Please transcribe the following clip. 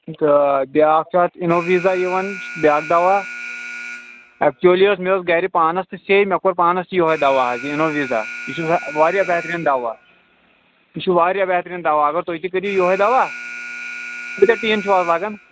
تہٕ بیٛاکھ چھ اَتھ اِنو ویٖزا یِوان بیٛاکھ دوا ایٚکچُولی حظ مےٚ أس گرِ پانس تہِ سیٚے مےٚ کوٚر پانس تہِ یوٚہے دوا حظ اِنو ویٖزا یہِ چھُ وا واریاہ بہتریٖن دوا یہِ چھُ وارایاہ بہتریٖن دوا اگر تُہۍ یہِ تہِ کٔرِوٗ یوٚہے دوا کأتیاہ ٹیٖن چھِو حظ لگان